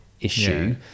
issue